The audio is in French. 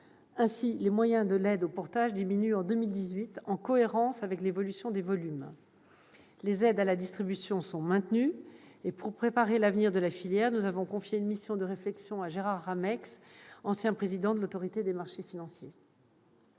Ainsi, les moyens de l'aide au portage diminuent en 2018, en cohérence avec l'évolution des volumes. Les aides à la distribution sont maintenues. Et pour préparer l'avenir de la filière, nous avons confié une mission de réflexion à Gérard Rameix, ancien président de l'Autorité des marchés financiers.